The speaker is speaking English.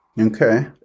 Okay